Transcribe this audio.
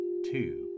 two